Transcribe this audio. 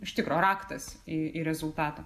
iš tikro raktas į į rezultatą